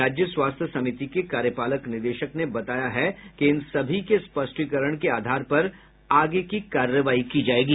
राज्य स्वास्थ्य समिति के कार्यपालक निदेशक ने बताया है कि इन सभी के स्पष्टीकरण के आधार पर आगे की कार्रवाई की जायेगी